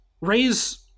raise